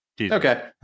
Okay